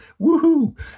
woohoo